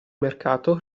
mercato